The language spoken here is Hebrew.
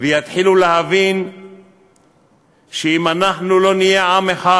שיתחילו להבין שאם אנחנו לא נהיה עם אחד